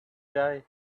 day